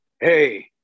hey